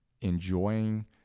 enjoying